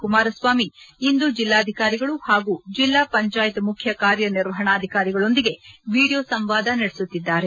ಕುಮಾರಸ್ವಾಮಿ ಇಂದು ಜಿಲ್ಲಾಧಿಕಾರಿಗಳು ಹಾಗೂ ಜಿಲ್ಲಾ ಪಂಚಾಯತ್ ಮುಖ್ಯ ಕಾರ್ಯನಿರ್ವಹಣಾಧಿಕಾರಿಗಳೊಂದಿಗೆ ವಿದಿಯೋ ಸಂವಾದ ನಡೆಸುತ್ತಿದ್ದಾರೆ